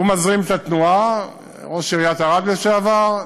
והוא מזרים את התנועה, ראש עיריית ערד לשעבר,